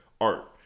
art